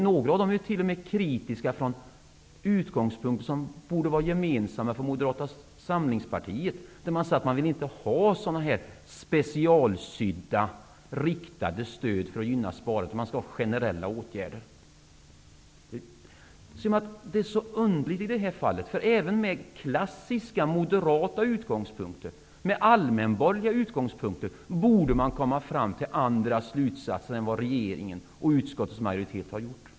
Några av remissinstanserna som är kritiska borde ju ha gemensamma utgångspunkter med Moderata samlingspartiet. Dessa remissinstanser säger att de inte vill ha specialsydda riktade stöd för att gynna sparandet, utan att de vill ha generella åtgärder. Det är så underligt i det här fallet. Från klassiska moderata och allmänborgliga utgångspunkter borde man komma fram till andra slutsatser än vad regering och utskottsmajoritet har gjort.